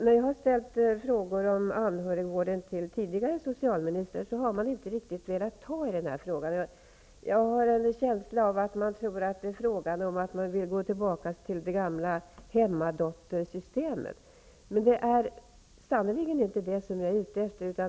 När jag har ställt frågor om anhörigvården till tidigare socialministrar har de inte riktigt velat ta i frågan. Jag har en känsla av att man tror att det är fråga om att gå tillbaka till det gamla hemmadottersystemet. Men det är sannerligen inte detta jag är ute efter.